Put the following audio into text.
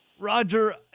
Roger